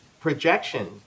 projection